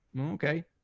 okay